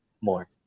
more